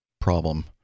problem